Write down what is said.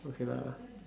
okay lah